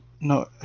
no